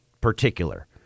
particular